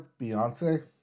Beyonce